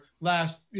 last